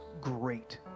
great